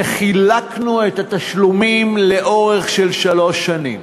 וחילקנו את התשלומים לשלוש שנים.